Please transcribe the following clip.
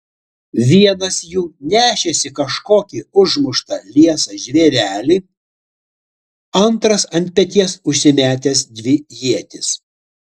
vienas jų nešėsi kažkokį užmuštą liesą žvėrelį antras ant peties užsimetęs dvi ietis